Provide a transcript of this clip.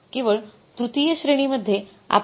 केवळ तृतीय श्रेणीमध्ये आपण काही पैश्यांची बचत करू शकलो